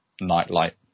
nightlight